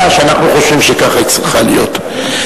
שאנחנו חושבים שככה היא צריכה להיות.